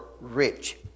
rich